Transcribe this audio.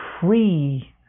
free